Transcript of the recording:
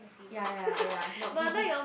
ya ya ya nope he he's